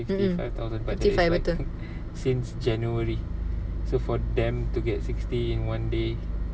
fifty five thousand but different since january so for them to get sixty in one day